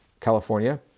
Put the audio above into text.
California